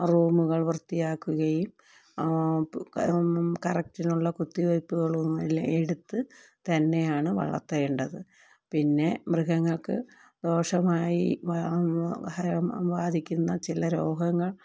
റൂമുകൾ വൃത്തിയാക്കുകയും കറക്റ്റിനുള്ള കുത്തി വെയ്പുകളും എല്ലാം എടുത്തു തന്നെയാണ് വളർത്തേണ്ടത് പിന്നെ മൃഗങ്ങൾക്ക് ദോഷമായി ബാ ബാധിക്കുന്ന ചില രോഗങ്ങൾ